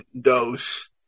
dose –